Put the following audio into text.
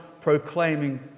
proclaiming